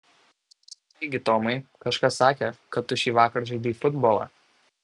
taigi tomai kažkas sakė kad tu šįvakar žaidei futbolą